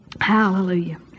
Hallelujah